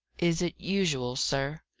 is it usual, sir?